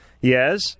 Yes